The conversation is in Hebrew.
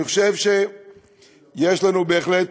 אני חושב שיש לנו בהחלט